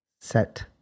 set